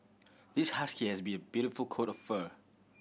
this husky has be a beautiful coat of fur